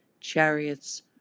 Chariots